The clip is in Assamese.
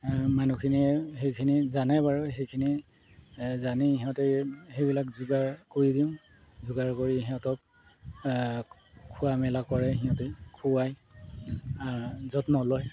মানুহখিনিয়ে সেইখিনি জানে বাৰু সেইখিনি জানি সিহঁতে সেইবিলাক যোগাৰ কৰি দিওঁ যোগাৰ কৰি সিহঁতক খোৱা মেলা কৰে সিহঁতেই খুৱাই যত্ন লয়